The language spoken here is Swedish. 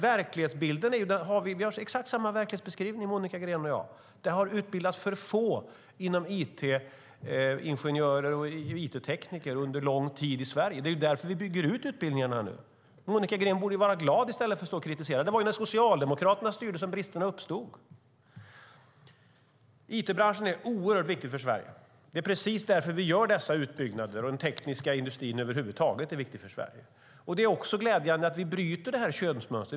Vi har exakt samma verklighetsbeskrivning, Monica Green och jag: Det har utbildats för få it-ingenjörer och it-tekniker under lång tid i Sverige. Det är därför vi bygger ut utbildningarna nu. Monica Green borde vara glad i stället för att stå och kritisera. Det var när Socialdemokraterna styrde som bristerna uppstod. It-branschen är oerhört viktig för Sverige, och den tekniska industrin över huvud taget är viktig för Sverige. Det är precis därför vi gör dessa utbyggnader. Det är också glädjande att vi bryter könsmönstret.